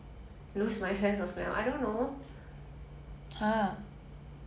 food I can taste lah the taste will change because there's no smell to help